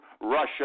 Russia